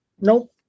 Nope